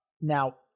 now